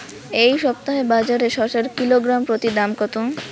এই সপ্তাহে বাজারে শসার কিলোগ্রাম প্রতি দাম কত?